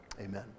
Amen